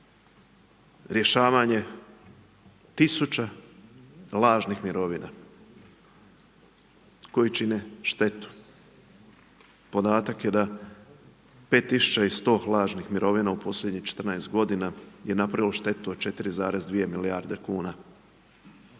rješavanje tisuća lažnih mirovina koje čine štetu. Podatak je da 5100 lažnih mirovina u posljednjih 14 godina je napravilo štetu od 4,2 milijarde kuna.